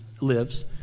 lives